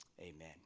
Amen